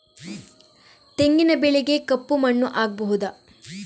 ತೆಂಗಿನ ಬೆಳೆಗೆ ಕಪ್ಪು ಮಣ್ಣು ಆಗ್ಬಹುದಾ?